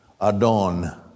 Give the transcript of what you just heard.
Adon